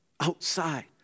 outside